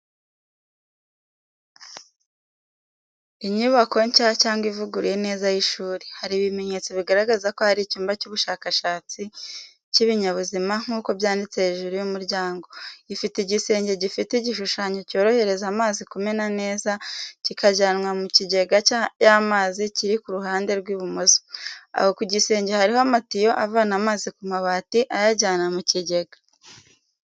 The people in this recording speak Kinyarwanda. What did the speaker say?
Inyubako nshya cyangwa ivuguruye neza y'ishuri. Hari ibimenyetso bigaragaza ko ari icyumba cy'ubushakashatsi cy'ibinyabuzima nk’uko byanditse hejuru y’umuryango. Ifite igisenge gifite igishushanyo cyorohereza amazi kumena neza kikajyanwa mu cyijyega y’amazi kiri ku ruhande rw’ibumoso, aho ku gisenge hariho amatiyo avana amazi ku mabati ayajyana mu kigega.